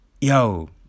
Yo